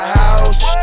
house